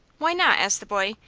why not? asked the boy.